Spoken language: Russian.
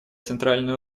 центральную